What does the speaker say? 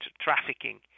trafficking